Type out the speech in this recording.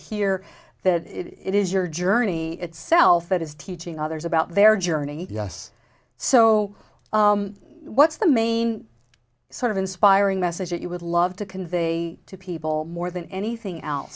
here that it is your journey itself it is teaching others about their journey yes so what's the main sort of inspiring message that you would love to convey to people more than anything else